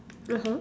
(uh huh)